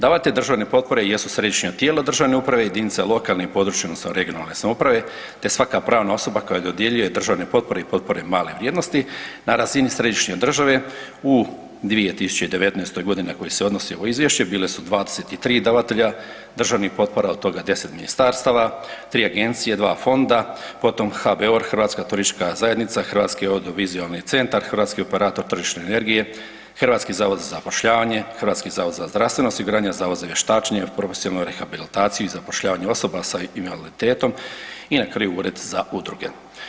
Davatelj državne potpore jesu središnja tijela državne uprave, jedinice lokalne i područne, odnosno regionalne samouprave, te svaka pravna osoba koja dodjeljuje državne potpore i potpore male vrijednosti na razini središnje države u 2019. godini na koje se odnosi ovo Izvješće, bile su 23 davatelja državnih potpora, od toga 10 ministarstava, 3 agencije, 2 fonda, potom HBOR, Hrvatska turistička zajednica, Hrvatska audiovizualni centar, Hrvatski operator tržišne energije, Hrvatski zavod za zapošljavanje, Hrvatski zavod za zdravstveno osiguranje, Zavod za vještačenje, profesionalnu rehabilitaciju i zapošljavanje osoba sa invaliditetom i na kraju Ured za udruge.